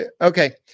Okay